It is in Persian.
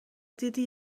دیدی